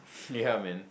yeah man